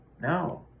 No